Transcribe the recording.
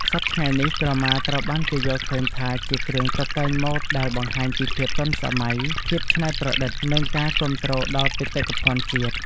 សព្វថ្ងៃនេះ ក្រមាត្រូវបានគេយល់ឃើញថាជាគ្រឿងតុបតែងម៉ូដដែលបង្ហាញពីភាពទាន់សម័យ ភាពច្នៃប្រឌិត និងការគាំទ្រដល់បេតិកភណ្ឌជាតិ ។